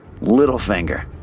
Littlefinger